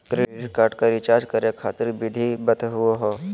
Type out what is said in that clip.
Credit card क recharge करै खातिर विधि बताहु हो?